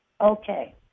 Okay